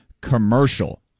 commercial